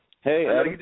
Hey